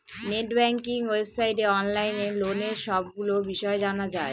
net banking ওয়েবসাইটে online লোনের সবগুলো বিষয় জানা যায়